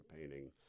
painting